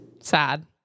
Sad